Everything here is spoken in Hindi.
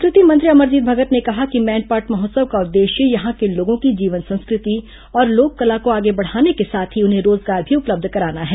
संस्कृति मंत्री अमरजीत भगत ने कहा कि मैनपाट महोत्सव का उद्देश्य यहां के लोगों की जीवन संस्कृति और लोक कला को आगे बढ़ाने के साथ ही उन्हें रोजगार भी उपलब्ध कराना है